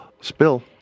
Spill